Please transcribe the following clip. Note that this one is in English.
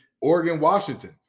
Oregon-Washington